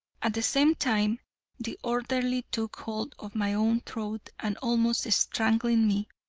at the same time the orderly took hold of my own throat and almost strangling me,